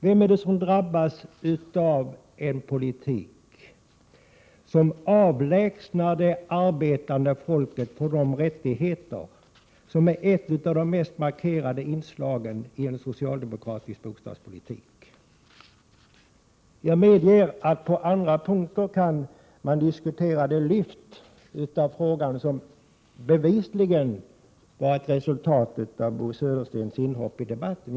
Vem är det som drabbas av en politik som avlägsnar det arbetande folket från de rättigheter som är ett av de mest markerade inslagen i socialdemokratisk bostadspolitik? Jag medger att man på andra punkter kan diskutera det lyft av frågan som bevisligen var ett resultat av Bo Söderstens inhopp i debatten.